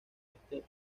este